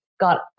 Got